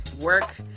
work